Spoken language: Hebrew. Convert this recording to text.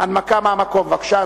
עברה בקריאה